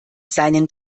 seinen